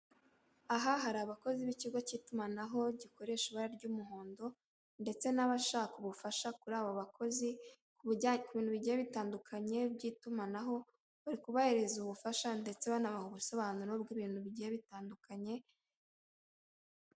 Aha hari abakozi b'ikigo cy'itumanaho gikoresha ibara ry'umuhondo ndetse n'abashaka ubufasha kuri aba bakozi ku bintu bigiye bitandukanye by'itumanaho, bari kubahereza ubufasha ndetse banabaha ubusobanuro bw'ibintu bigiye bitandukanye.